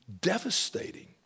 devastating